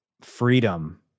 freedom